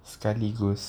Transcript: sekali gus